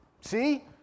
see